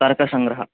तर्कशङ्ग्रहः